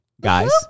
guys